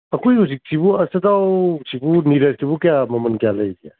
ꯑꯩꯈꯣꯏ ꯍꯧꯖꯤꯛꯁꯤꯕꯨ ꯑꯆꯊꯥꯎ ꯁꯤꯕꯨ ꯅꯤꯔꯁꯇꯨꯕꯨ ꯀꯌꯥ ꯃꯃꯜ ꯀꯌꯥ ꯂꯩꯔꯤꯒꯦ